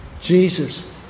Jesus